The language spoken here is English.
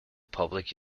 public